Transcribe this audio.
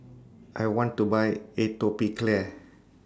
I want to Buy Atopiclair